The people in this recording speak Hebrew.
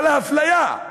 על האפליה.